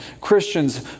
Christians